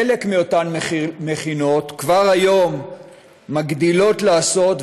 חלק מאותן מכינות כבר היום מגדילות לעשות,